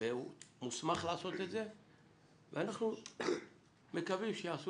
והוא מוסמך לעשות את זה ואנחנו מקווים שיעשו